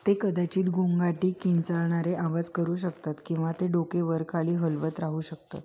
ते कदाचित गोंगाटी किंचाळणारे आवाज करू शकतात किंवा ते डोके वरखाली हलवत राहू शकतात